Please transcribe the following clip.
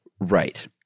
right